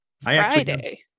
Friday